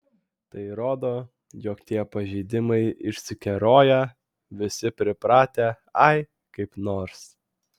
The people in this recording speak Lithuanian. tai rodo jog tie pažeidimai išsikeroję visi pripratę ai kaip nors